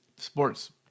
Sports